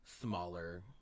smaller